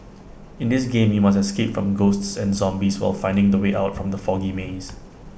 in this game you must escape from ghosts and zombies while finding the way out from the foggy maze